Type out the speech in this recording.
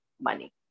money